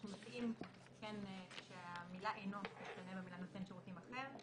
אנחנו מציעים שהמילה אינו תשתנה למילה נותן שירותים אחר.